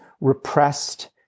repressed